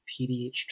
PDH